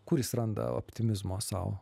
kur jis randa optimizmo sau